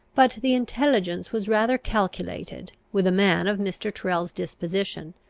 but the intelligence was rather calculated, with a man of mr. tyrrel's disposition,